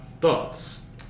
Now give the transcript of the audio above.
Thoughts